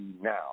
now